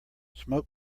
smoke